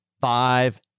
five